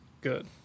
good